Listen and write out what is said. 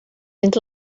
mynd